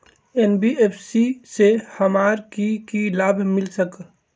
NBFC से हमार की की लाभ मिल सक?